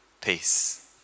peace